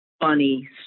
Funny